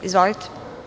Izvolite.